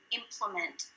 implement